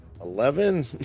Eleven